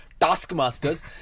taskmasters